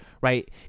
right